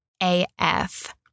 AF